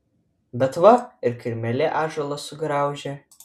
bet va ir kirmėlė ąžuolą sugraužia